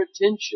attention